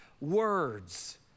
words